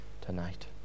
tonight